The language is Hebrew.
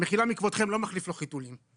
מחילה מכבודכם, לא מחליף לו חיתולים.